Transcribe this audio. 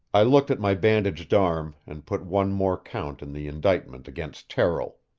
i looked at my bandaged arm, and put one more count in the indictment against terrill.